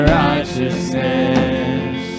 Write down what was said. righteousness